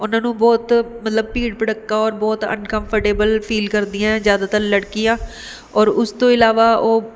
ਉਹਨਾਂ ਨੂੰ ਬਹੁਤ ਮਤਲਬ ਭੀੜ ਭੜੱਕਾ ਔਰ ਬਹੁਤ ਅਨਕੰਫਟੇਬਲ ਫੀਲ ਕਰਦੀਆਂ ਜ਼ਿਆਦਾਤਰ ਲੜਕੀਆਂ ਔਰ ਉਸ ਤੋਂ ਇਲਾਵਾ ਉਹ